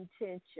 intention